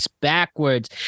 backwards